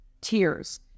Tears